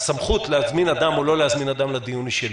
הסמכות להזמין אדם או לא להזמין אדם לדיון היא שלי.